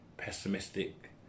pessimistic